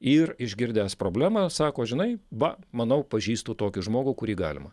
ir išgirdęs problemą sako žinai va manau pažįstu tokį žmogų kurį galima